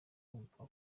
kumva